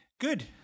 Good